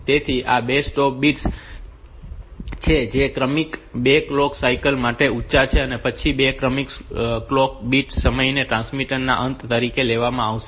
તેથી આ 2 stop bits છે જે 2 ક્રમિક ક્લોક સાયકલ માટે ઊંચા છે અને પછી 2 ક્રમિક ક્લોક બિટ સમયને ટ્રાન્સમિશન ના અંત તરીકે લેવામાં આવશે